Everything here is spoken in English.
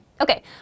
Okay